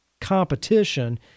competition